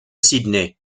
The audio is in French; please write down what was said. sydney